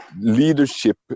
leadership